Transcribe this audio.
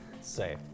safe